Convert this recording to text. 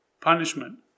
punishment